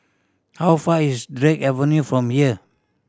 how far is Avenue from here